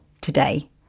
today